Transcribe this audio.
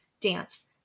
dance